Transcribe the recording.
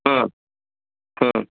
ह ह